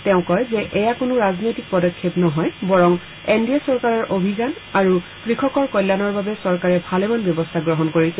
তেওঁ কয় যে এয়া কোনো ৰাজনৈতিক পদক্ষেপ নহয় বৰং এন ডি চৰকাৰৰ অভিযান আৰু কৃষকৰ কল্যানৰ বাবে চৰকাৰে ভালেমান ব্যৱস্থা গ্ৰহণ কৰিছে